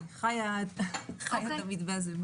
אני חיה את המתווה הזה.